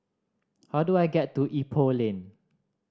how do I get to Ipoh Lane